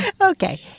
Okay